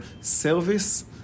service